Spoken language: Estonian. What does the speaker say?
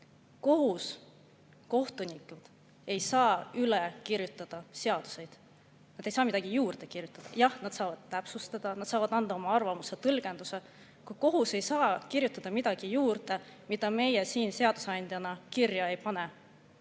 Kohus, kohtunikud ei saa üle kirjutada seaduseid, nad ei saa midagi juurde kirjutada. Jah, nad saavad täpsustada, nad saavad anda oma arvamuse, tõlgenduse. Kohus ei saa kirjutada midagi juurde, mida meie siin seadusandjana kirja ei pane.